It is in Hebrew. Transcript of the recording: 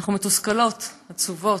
אנחנו מתוסכלות, עצובות.